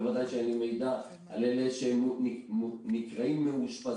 בוודאי שאין לי מידע על אלה שנקראים מאושפזים.